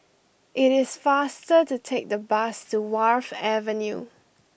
it is faster to take the bus to Wharf Avenue